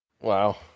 Wow